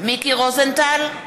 מיקי רוזנטל, נגד מוסי רז,